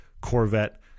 Corvette